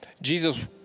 Jesus